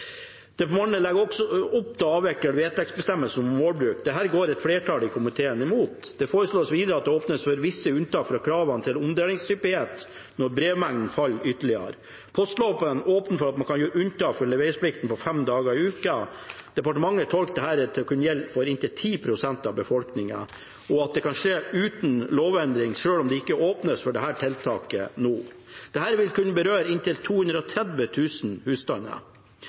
Departementet legger også opp til å avvikle vedtektsbestemmelsen om målbruk. Dette går et flertall i komiteen imot. Det foreslås videre at det åpnes for visse unntak fra kravene til omdelingshyppighet når brevmengden faller ytterligere. Postloven åpner for at man kan gjøre unntak fra leveringsplikten på fem dager i uka. Departementet tolker dette til å kunne gjelde for inntil 10 pst. av befolkningen og at det kan skje uten lovendringer, selv om det ikke åpnes for dette tiltaket nå. Dette vil kunne berøre inntil 230 000 husstander,